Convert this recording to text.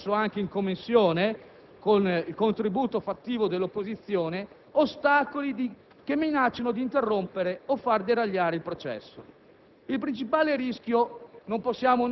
Non mancano, come si è discusso anche in Commissione con il contributo fattivo dell'opposizione, ostacoli che minacciano di interrompere o far deragliare il processo.